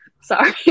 sorry